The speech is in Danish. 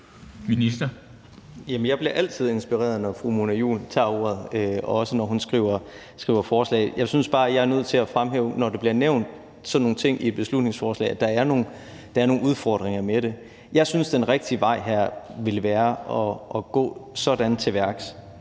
jeg bliver altid inspireret, når fru Mona Juul tager ordet, og også når hun skriver forslag. Jeg synes bare, jeg er nødt til at fremhæve, når der bliver nævnt sådan nogle ting i beslutningsforslaget, at der er nogle udfordringer med det. Jeg synes, den rigtige vej her vil være at gå sådan til værks: